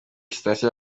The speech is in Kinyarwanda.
sitasiyo